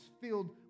filled